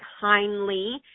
kindly